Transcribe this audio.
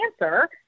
answer